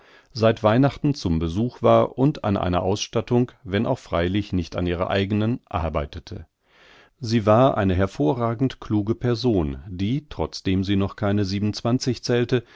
seit weihnachten zum besuch war und an einer ausstattung wenn auch freilich nicht an ihrer eigenen arbeitete sie war eine hervorragend kluge person die trotzdem sie noch keine zählte